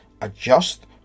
adjust